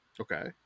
Okay